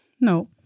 No